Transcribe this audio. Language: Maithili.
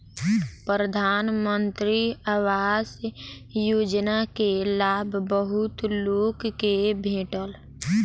प्रधानमंत्री आवास योजना के लाभ बहुत लोक के भेटल